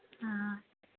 ആ